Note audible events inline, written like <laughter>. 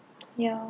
<noise> ya